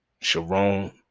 Sharon